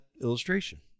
illustration